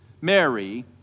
Mary